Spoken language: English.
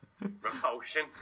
Repulsion